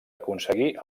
aconseguir